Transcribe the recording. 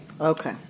Okay